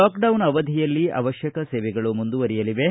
lockdown ಅವಧಿಯಲ್ಲಿ ಅವತ್ನಕ ಸೇವೆಗಳು ಮುಂದುವರಿಯಲಿವೆ